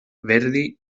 verdi